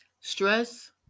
stress